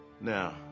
Now